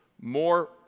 more